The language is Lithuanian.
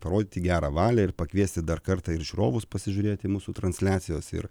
parodyti gerą valią ir pakviesti dar kartą ir žiūrovus pasižiūrėti mūsų transliacijos ir